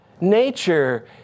Nature